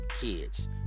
kids